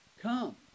Come